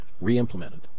re-implemented